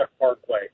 Parkway